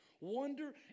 wonder